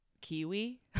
kiwi